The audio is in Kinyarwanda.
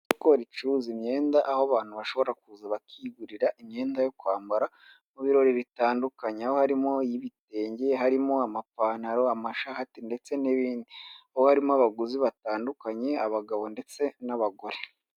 Isoko ricuruza imyenda aho abantu bashobora kuza bakigurira imyenda yo kwambara mu birori bitandukanye, aho harimo ibitenge, harimo amapantaro, amashati ndetse n'ibindi, harimo abaguzi batandukanye abagabo ndetse n'abagore.